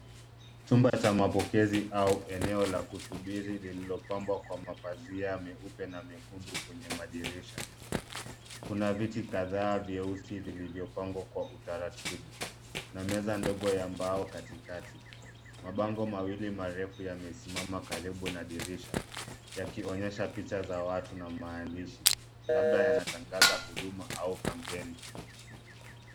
Chumba cha mapokezi au eneo la kusubiri lililo pambwa kwa mapazia meupe na mekundu kwenye madirisha. Kuna viti kadhaa vyeusi vilivyopangwa kwa utaratibu, na meza ndogo ya mbao katikakati. Mabango mawili marefu yamesimama karibu na dirisha yakionyesha picha za watu na maandishi, labda yanatangaza huduma au campaign .